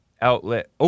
outlet